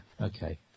okay